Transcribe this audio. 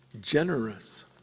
generous